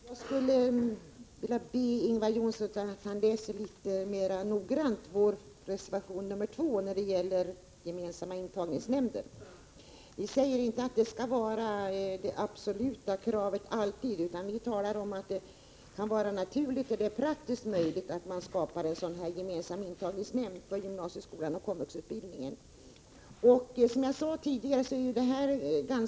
Herr talman! Jag skulle vilja be Ingvar Johnsson att han läser vår reservation 2 om gemensamma intagningsnämnder mer noggrant. Vi säger inte att gemensamma intagningsnämnder alltid skall vara ett absolut krav, utan vi säger att det är naturligt med en gemensam intagningsnämnd för gymnasieskolan och den kommunala vuxenutbildningen där en sådan är praktiskt möjlig att tillskapa.